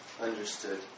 Understood